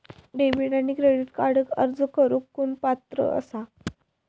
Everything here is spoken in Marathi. डेबिट आणि क्रेडिट कार्डक अर्ज करुक कोण पात्र आसा?